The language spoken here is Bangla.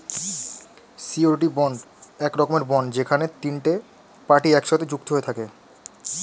সিওরীটি বন্ড এক রকমের বন্ড যেখানে তিনটে পার্টি একসাথে যুক্ত হয়ে থাকে